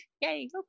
Yay